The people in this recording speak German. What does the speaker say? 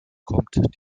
kommt